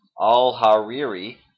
al-Hariri